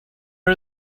are